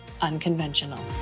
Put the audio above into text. unconventional